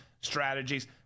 strategies